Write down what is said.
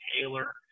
Taylor